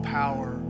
power